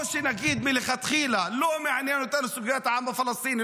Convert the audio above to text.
או שנגיד מלכתחילה: לא מעניין אותנו סוגיית העם הפלסטיני,